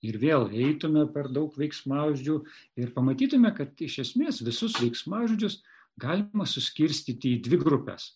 ir vėl eitume per daug veiksmažoždių ir pamatytume kad iš esmės visus veiksmažodžius galima suskirstyti į dvi grupes